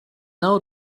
know